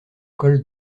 col